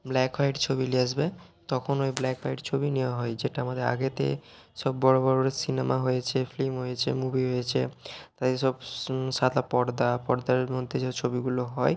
black white ছবি নিয়ে আসবে তখন ওই ব্ল্যাক হোয়াইট ছবি নেওয়া হয় যেটা আমাদের আগেতে সব বড় বড় সিনেমা হয়েছে ফিল্ম হয়েছে মুভি হয়েছে তা যেসব সাদা পর্দা পর্দার মধ্যে যে ছবিগুলো হয়